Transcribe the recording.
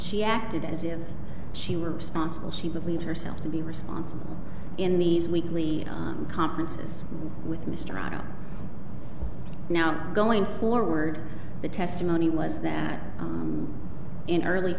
she acted as if she were responsible she believed herself to be responsible in these weekly conferences with mr rada now going forward the testimony was that in early